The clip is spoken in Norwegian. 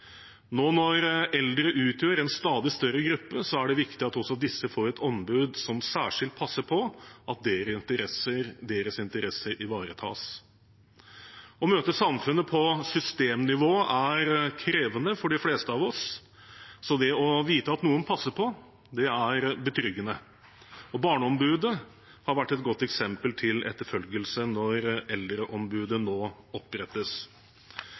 Nå når eldre utgjør en stadig større gruppe, er det viktig at også disse får et ombud som særskilt passer på at deres interesser ivaretas. Å møte samfunnet på systemnivå er krevende for de fleste av oss, så det å vite at noen passer på, er betryggende. Barneombudet har vært et godt eksempel til etterfølgelse når Eldreombudet nå opprettes.